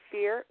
Fear